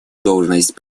должность